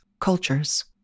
cultures